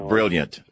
Brilliant